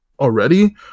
already